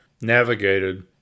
navigated